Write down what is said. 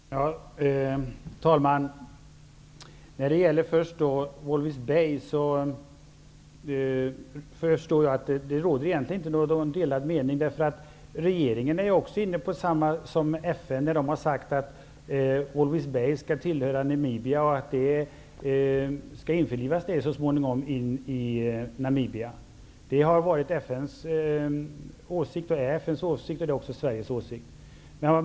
Herr talman! När det först gäller Walvis Bay förstår jag att det egentligen inte råder några delade meningar. Också regeringen är inne på samma linje som FN när man har sagt att Walvis Bay skall tillhöra Namibia och att området så småningom skall införlivas med Namibia. Det har varit och är FN:s åsikt, och det är också Sveriges åsikt.